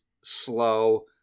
slow